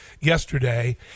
yesterday